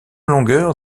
longueur